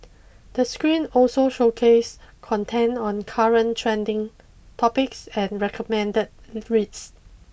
the screen also showcase content on current trending topics and recommended reads